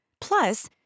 Plus